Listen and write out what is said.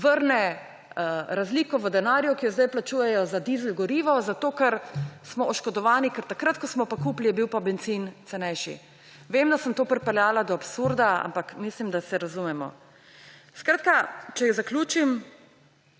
vrne razliko v denarju, ki jo zdaj plačujejo za dizel gorivo, zato ker smo oškodovani, ker takrat, ko smo pa kupili, je bil pa bencin cenejši.« Vem, da sem to pripeljala do absurda, ampak mislim, da se razumemo. Skratka, če zaključim.